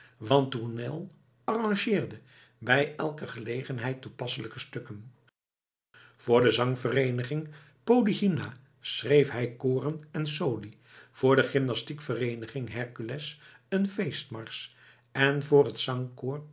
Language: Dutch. want tournel arrangeerde bij elke gelegenheid toepasselijke stukken voor de zangvereeniging polyhymnia schreef hij koren en soli voor de gymnastiekvereeniging hercules een feestmarsch en voor het